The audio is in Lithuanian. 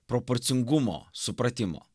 proporcingumo supratimo